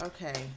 Okay